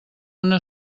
una